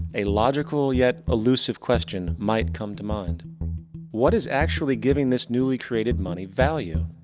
a logical yet illusive question might come to mind what is actually giving this newly created money value?